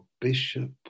bishop